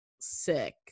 sick